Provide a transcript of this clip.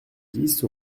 dix